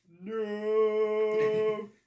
No